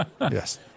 yes